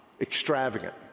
extravagant